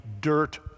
dirt